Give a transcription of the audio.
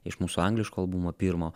iš mūsų angliško albumo pirmo